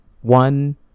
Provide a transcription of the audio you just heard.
One